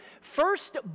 first